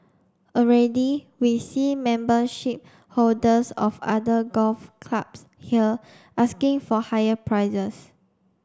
already we see membership holders of other golf clubs here asking for higher prices